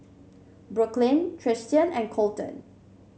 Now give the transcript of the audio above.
Brooklyn Tristian and Colton